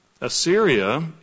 Assyria